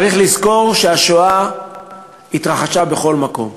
צריך לזכור שהשואה התרחשה בכל מקום,